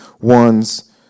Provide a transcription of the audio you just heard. one's